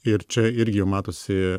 ir čia irgi jau matosi